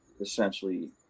essentially